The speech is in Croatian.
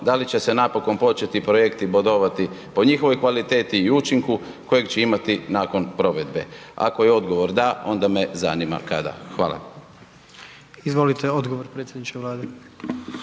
da li će se napokon početi projekti bodovati po njihovoj kvaliteti i učinku kojeg će imati nakon provedbe. Ako je odgovor da, onda me zanima kada. Hvala. **Jandroković, Gordan